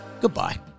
Goodbye